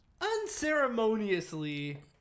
unceremoniously